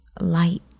light